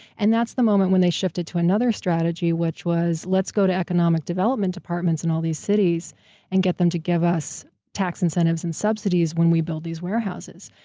and that's the moment when they shifted to another strategy, which was let's go to economic development departments in all these cities and get them to give us tax incentives and subsidies when we build these warehouses.